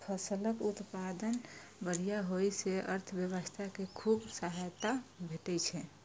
फसलक उत्पादन बढ़िया होइ सं अर्थव्यवस्था कें खूब सहायता भेटै छै